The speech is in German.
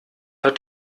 hat